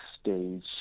stage